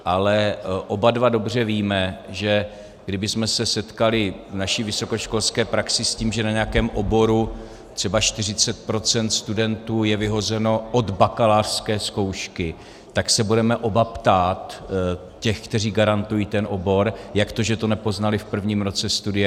Ale oba dobře víme, že kdybychom se setkali v naší vysokoškolské praxi s tím, že na nějakém oboru třeba 40 % studentů je vyhozeno od bakalářské zkoušky, tak se budeme oba ptát těch, kteří garantují ten obor, jak to, že to nepoznali v prvním roce studia.